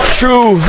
true